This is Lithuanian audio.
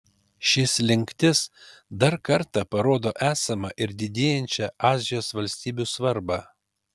ši slinktis dar kartą parodo esamą ir didėjančią azijos valstybių svarbą